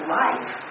life